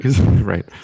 Right